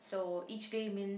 so each day means